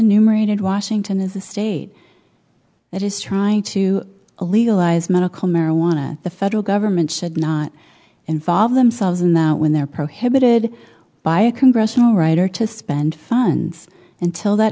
numerated washington is a state that is trying to a legalized medical marijuana the federal government should not involve themselves in that when they're prohibited by a congressional writer to spend funds until that